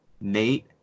nate